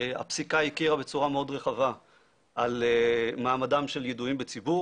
הפסיקה הכירה בצורה מאוד רחבה במעמדם של ידועים בציבור